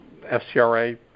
FCRA